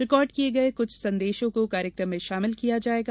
record किए गए कुछ संदेशों को कार्यक्रम में शामिल किया जाएगा